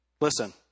listen